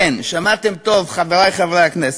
כן, שמעתם טוב, חברי חברי הכנסת,